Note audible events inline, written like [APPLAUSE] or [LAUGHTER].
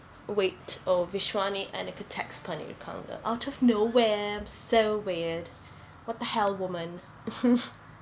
wait oh vishwani எனக்கு:enakku text பண்ணிருக்காங்கே:pannirukaange out of nowhere so weird what the hell woman [LAUGHS]